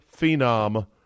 phenom